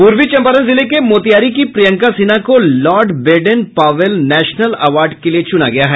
पूर्वी चम्पारण जिले के मोतिहारी की प्रियंका सिन्हा को Lord Baden Powell National Award के लिए चुना गया है